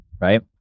right